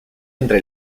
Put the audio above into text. entre